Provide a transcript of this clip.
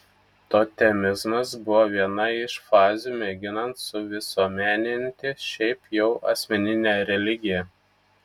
totemizmas buvo viena iš fazių mėginant suvisuomeninti šiaip jau asmeninę religiją